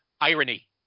irony